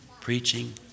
preaching